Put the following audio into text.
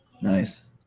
Nice